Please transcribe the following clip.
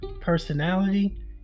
personality